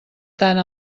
tant